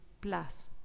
plus